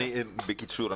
בקיצור,